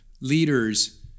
Leaders